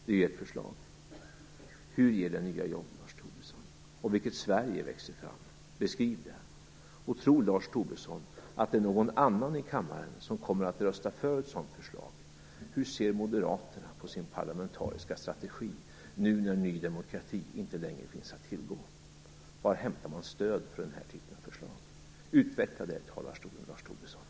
Det är ert förslag. Hur ger det nya jobb, Lars Tobisson? Vilket Sverige växer då fram? Beskriv det. Tror Lars Tobisson att någon i kammaren kommer att rösta för ett sådant förslag? Hur ser Moderaterna på sin parlamentariska strategi nu när Ny demokrati inte längre finns att tillgå? Var hämtar man stöd för den här typen av förslag? Utveckla det i talarstolen, Lars Tobisson.